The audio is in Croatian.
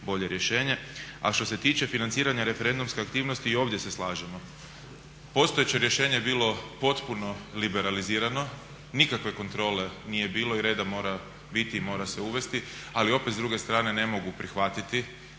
bolje rješenje. A što se tiče financiranja referendumske aktivnosti, i ovdje se slažemo. Postojeće rješenje je bilo potpuno liberalizirano, nikakve kontrole nije bilo i reda mora biti i mora se uvesti, ali opet s druge strane ne mogu prihvatiti